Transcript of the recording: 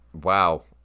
Wow